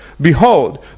Behold